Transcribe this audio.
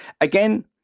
Again